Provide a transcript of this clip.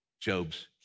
Job's